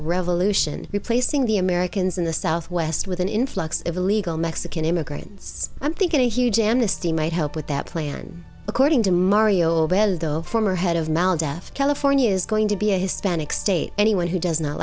revolution replacing the americans in the southwest with an influx of illegal mexican immigrants i'm thinking a huge amnesty might help with that plan according to mario bell though former head of maldef california is going to be a hispanic state anyone who does not